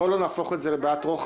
בואו לא נהפוך את זה לבעיית רוחב.